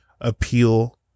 appeal